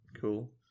cool